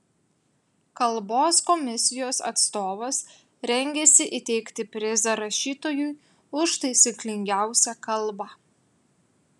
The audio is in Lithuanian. kalbos komisijos atstovas rengiasi įteikti prizą rašytojui už taisyklingiausią kalbą